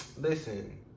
listen